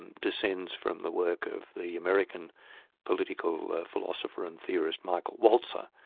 and descends from the work of the american political philosopher and theorist, michael walzer.